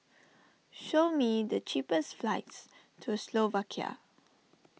show me the cheapest flights to Slovakia